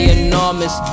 enormous